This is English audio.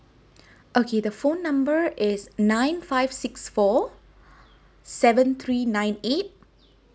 okay the phone number is nine five six four seven three nine eight